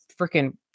freaking